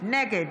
נגד